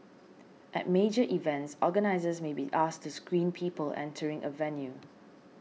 at major events organisers may be asked to screen people entering a venue